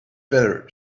better